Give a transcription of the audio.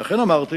ואכן אמרתי